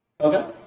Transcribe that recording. Okay